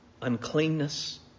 uncleanness